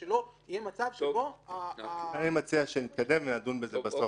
אני מציע שנתקדם ונדון בזה בסוף,